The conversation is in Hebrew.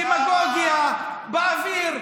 דמגוגיה באוויר,